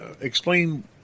explain